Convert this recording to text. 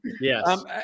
Yes